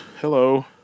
Hello